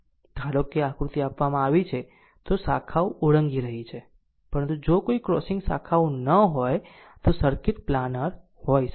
ધારો કે આકૃતિ આપવામાં આવી છે તે શાખાઓ ઓળંગી રહી છે પરંતુ જો કોઈ ક્રોસિંગ શાખાઓ ન હોય તો સર્કિટ પ્લાનર હોઈ શકે છે